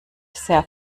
sehr